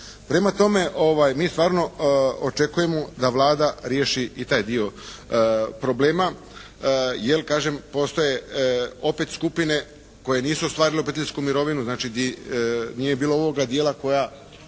Prema tome mi stvarno očekujemo da Vlada riješi i taj dio problema jer postoje opet skupine koje nisu ostvarile obiteljsku mirovinu. Znači nije bilo ovoga dijela koja,